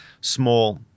small